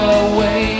away